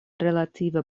relative